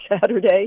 Saturday